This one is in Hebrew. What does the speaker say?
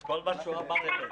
מעורבים,